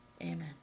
Amen